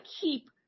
keep